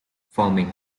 farming